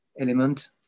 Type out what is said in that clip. element